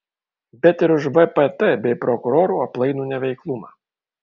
bet ir už vpt bei prokurorų aplaidų neveiklumą